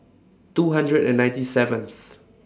two hundred and ninety seventh